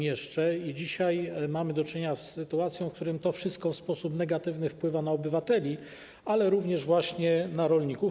I dzisiaj mamy do czynienia z sytuacją, w której to wszystko w sposób negatywny wpływa na obywateli, ale również na rolników.